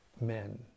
men